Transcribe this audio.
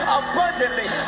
abundantly